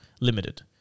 limited